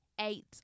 Eight